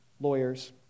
lawyers